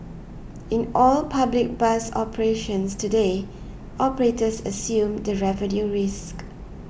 in all public bus operations today operators assume the revenue risk